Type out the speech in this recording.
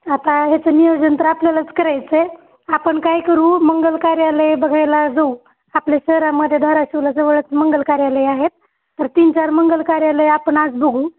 आता ह्याचं नियोजन तर आपल्यालाच करायचं आहे आपण काय करू मंगल कार्यालय बघायला जाऊ आपल्या शहरामध्ये धराशिवला जवळच मंगल कार्यालयं आहेत तर तीन चार मंगल कार्यालयं आपण आज बघू